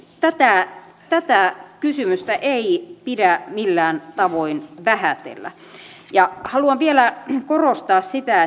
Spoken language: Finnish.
tätä tätä kysymystä ei pidä millään tavoin vähätellä haluan vielä korostaa sitä